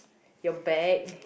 your bag